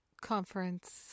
conference